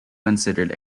considered